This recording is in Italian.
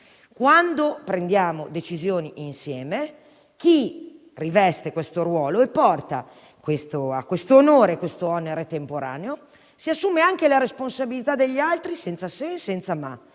Quando prendiamo decisioni insieme, chi riveste un ruolo e porta questo onore e quest'onere temporaneo si assume anche la responsabilità degli altri, senza se e senza ma.